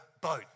boat